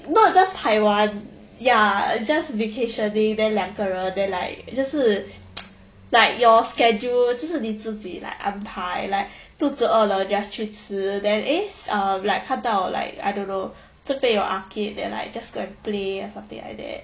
not just taiwan ya err just vacationing then 两个人 then like 就是 like your schedule 就是你自己 like 安排 like 肚子饿了 just 去吃 then eh err like 看到 like I don't know 这边有 arcade then like just go and play or something like that